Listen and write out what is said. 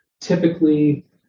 typically